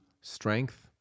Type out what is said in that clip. strength